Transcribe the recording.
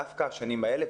דווקא השנים האלה.